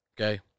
Okay